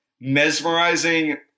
mesmerizing